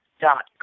dot